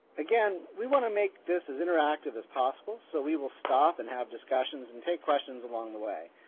again we want to make this as interactive as possible, so we will stop and have discussions and take questions along the way.